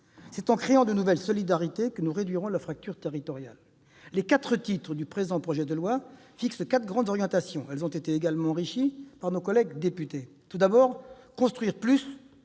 C'est en créant de nouvelles solidarités que nous réduirons la fracture territoriale. Les quatre titres du présent projet de loi fixent quatre grandes orientations. Elles ont été largement enrichies par nos collègues députés. La première orientation